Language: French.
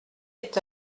est